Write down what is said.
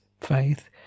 faith